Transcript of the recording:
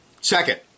second